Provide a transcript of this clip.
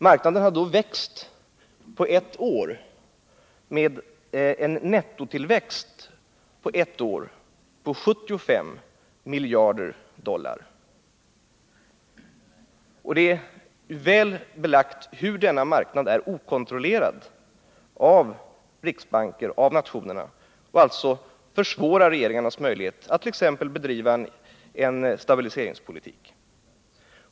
Marknaden hade då på ett år haft en nettotillväxt på 75 miljarder dollar. Det är väl belagt att denna marknad är okontrollerad av riksbankerna i de olika nationerna och alltså försvårar regeringarnas möjligheter att t.ex. bedriva stabiliseringspolitik.